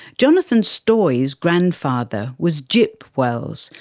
jonathan stoye's grandfather was gip wells,